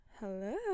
Hello